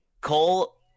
Cole